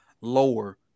lower